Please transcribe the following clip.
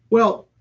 well,